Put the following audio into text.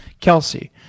Kelsey